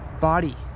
body